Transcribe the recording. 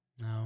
No